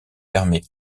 permet